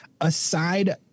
aside